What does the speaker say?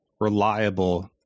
reliable